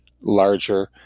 larger